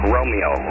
Romeo